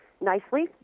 nicely